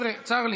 צר לי,